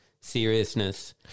seriousness